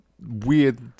weird